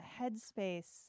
headspace